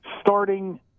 starting